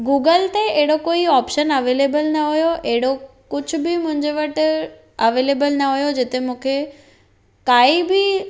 Google ते अहिड़ो कोई ऑपशन अवेलेबल न हुओ अहिड़ो कुझु बि मुंहिंजे वटि अवेलेबल न हुओ जिते मूंखे काई बि